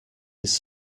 his